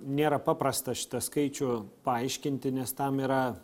nėra paprasta šitą skaičių paaiškinti nes tam yra